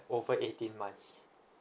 over eighteen months